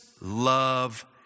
love